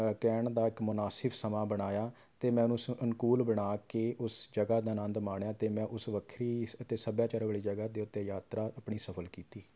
ਕਹਿਣ ਦਾ ਇੱਕ ਮੁਨਾਸਿਫ ਸਮਾਂ ਬਣਾਇਆ ਅਤੇ ਮੈਂ ਉਨ ਉਸ ਅਨੁਕੂਲ ਬਣਾ ਕੇ ਉਸ ਜਗ੍ਹਾ ਦਾ ਅਨੰਦ ਮਾਣਿਆ ਅਤੇ ਮੈਂ ਉਸ ਵੱਖਰੀ ਸ ਅਤੇ ਸੱਭਿਆਚਾਰ ਵਾਲੀ ਜਗ੍ਹਾ ਦੇ ਉੱਤੇ ਯਾਤਰਾ ਆਪਣੀ ਸਫ਼ਲ ਕੀਤੀ